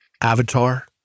avatar